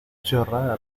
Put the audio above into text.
chorrada